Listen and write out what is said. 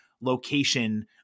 location